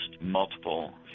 multiple